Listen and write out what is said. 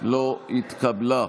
לא נתקבלה.